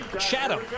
Chatham